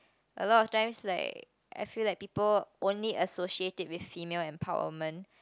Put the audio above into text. a lot of times like I feel like people only associate it with female empowerment